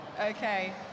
Okay